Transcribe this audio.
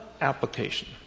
application